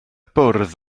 bwrdd